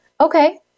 Okay